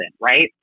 right